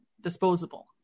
disposable